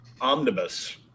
omnibus